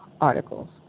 articles